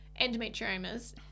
endometriomas